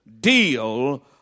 Deal